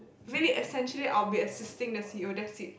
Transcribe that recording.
really essentially I'll be assisting the c_e_o that's it